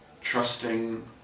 trusting